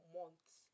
months